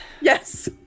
Yes